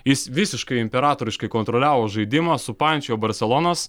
jis visiškai imperatoriškai kontroliavo žaidimą supančiojo barselonos